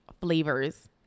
flavors